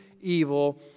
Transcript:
evil